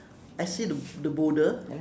I see the the boulder